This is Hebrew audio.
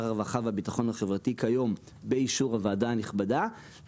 באישור הוועדה הנכבדה,